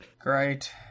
Great